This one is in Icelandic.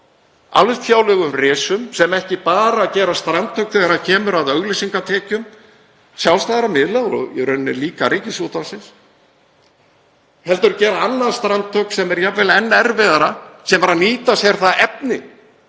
alþjóðlegum risum sem ekki bara gera strandhögg þegar kemur að auglýsingatekjum sjálfstæðra miðla og í rauninni líka Ríkisútvarpsins heldur gera annað strandhögg sem er jafnvel enn erfiðara, sem er að nýta sér það efni